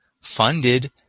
funded